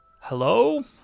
Hello